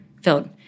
filled